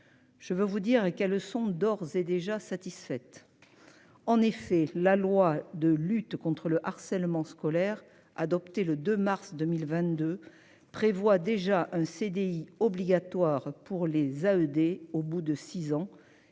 Je veux vous dire et qu'elles le sont d'ores et déjà satisfaite. En effet, la loi de lutte contre le harcèlement scolaire. Adopté le 2 mars 2022 prévoit déjà un CDI obligatoire pour les à ED au bout de six ans